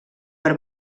per